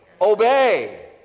obey